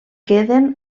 queden